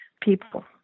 people